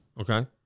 Okay